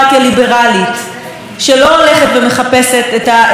הגרועים שבאנטישמים ובדיקטטורים כחברים,